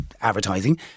advertising